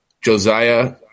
Josiah